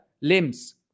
limbs